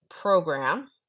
program